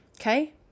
Okay